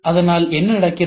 அதனால் என்ன நடக்கிறது